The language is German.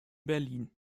berlin